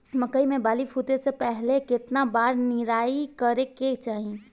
मकई मे बाली फूटे से पहिले केतना बार निराई करे के चाही?